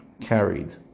carried